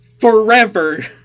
forever